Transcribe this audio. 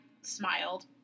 smiled